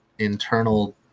internal